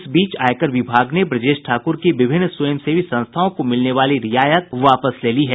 इस बीच आयकर विभाग ने ब्रजेश ठाकुर की विभिन्न स्वयंसेवी संस्थाओं को मिलने वाली रियायत वापस ले ली है